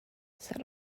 sat